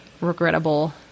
regrettable